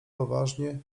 poważnie